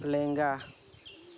ᱞᱮᱸᱜᱟ